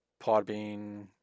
Podbean